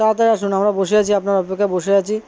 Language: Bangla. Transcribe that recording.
তাড়াতাড়ি আসুন আমরা বসে আছি আপনার অপেক্ষায় বসে আছি